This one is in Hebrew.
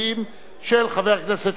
של חבר הכנסת שלמה מולה,